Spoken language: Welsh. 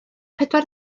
pedwar